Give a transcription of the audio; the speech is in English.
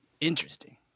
Interesting